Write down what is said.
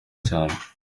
cyane